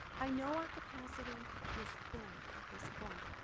i know our capacity is thin at this point.